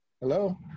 Hello